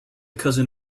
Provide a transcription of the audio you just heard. cousin